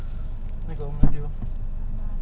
thirty kan guess again